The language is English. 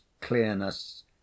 clearness